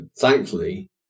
thankfully